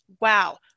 Wow